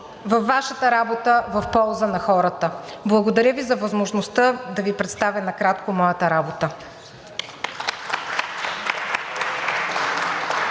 във Вашата работа в полза на хората. Благодаря Ви за възможността да Ви представя накратко моята работа.